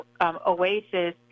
OASIS